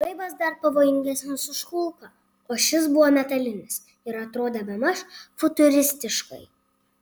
žaibas dar pavojingesnis už kulką o šis buvo metalinis ir atrodė bemaž futuristiškai